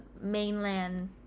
mainland